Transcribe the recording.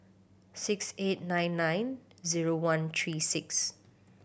six eight nine nine zero one three six